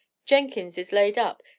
jenkins is laid up.